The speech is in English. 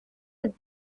would